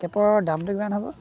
কেবৰ দামটো কিমান হ'ব